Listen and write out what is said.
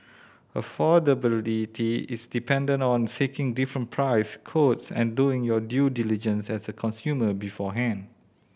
affordability is dependent on seeking different price quotes and doing your due diligence as a consumer beforehand